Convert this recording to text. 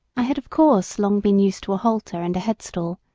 i had of course long been used to a halter and a headstall,